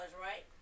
right